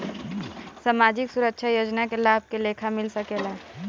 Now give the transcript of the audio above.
सामाजिक सुरक्षा योजना के लाभ के लेखा मिल सके ला?